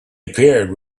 appeared